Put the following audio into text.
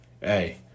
hey